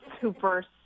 super